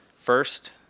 First